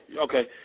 okay